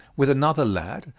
with another lad,